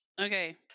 Okay